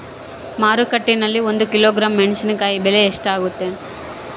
ಮಾರುಕಟ್ಟೆನಲ್ಲಿ ಒಂದು ಕಿಲೋಗ್ರಾಂ ಮೆಣಸಿನಕಾಯಿ ಬೆಲೆ ಎಷ್ಟಾಗೈತೆ?